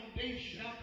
foundation